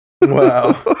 Wow